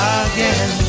again